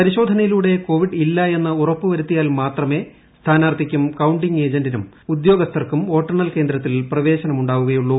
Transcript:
പരിശോധനയിലൂടെ കോവിഡ് ഇല്ല എന്ന് ഉറപ്പ് വരുത്തിയാൽ മാത്രമേ സ്ഥാനാർത്ഥിക്കും കൌണ്ടിംഗ് ഏജന്റിനും ഉദ്യോഗസ്ഥർക്കും വോട്ടെണ്ണൽ കേന്ദ്രത്തിൽ പ്രവേശനമുണ്ടാവുകയുള്ളൂ